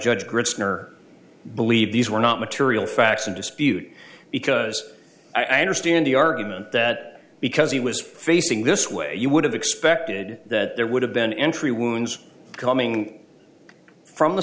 skinner believed these were not material facts in dispute because i understand the argument that because he was facing this way you would have expected that there would have been entry wounds coming from the